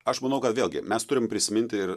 aš manau kad vėlgi mes turim prisiminti ir